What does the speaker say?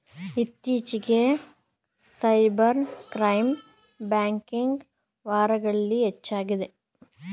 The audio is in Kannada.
ಇತ್ತೀಚಿಗೆ ಸೈಬರ್ ಕ್ರೈಮ್ ಬ್ಯಾಂಕಿಂಗ್ ವಾರಗಳಲ್ಲಿ ಹೆಚ್ಚಾಗಿದೆ